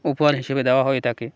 উপহার হিসেবে দেওয়া হয়ে থাকে